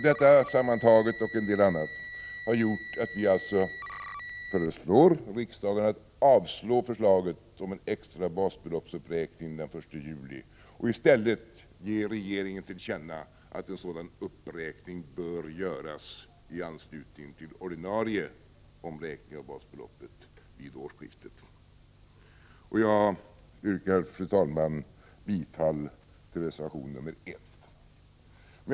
Detta sammantaget och en del annat har alltså gjort att vi moderater föreslår riksdagen att avslå förslaget om en extra basbeloppsuppräkning den 1 juli och i stället ge regeringen till känna att en sådan uppräkning bör göras i anslutning till ordinarie omräkning av basbeloppet vid årsskiftet. Jag yrkar, fru talman, bifall till reservation 1.